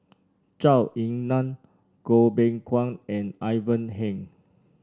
Zhou Ying Nan Goh Beng Kwan and Ivan Heng